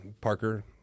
Parker